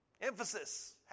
emphasis